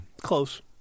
Close